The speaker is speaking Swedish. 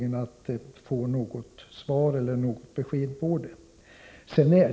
Det har onekligen sitt intresse att få besked på den punkten.